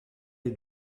les